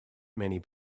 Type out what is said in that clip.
many